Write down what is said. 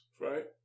right